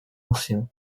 ancien